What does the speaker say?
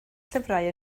llyfrau